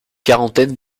quarantaine